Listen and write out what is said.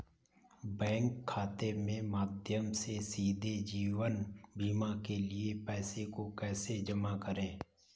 Bank खाते के माध्यम से सीधे जीवन बीमा के लिए पैसे को कैसे जमा करें?